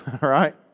right